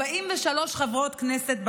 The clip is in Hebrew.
43 חברות כנסת,